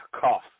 cough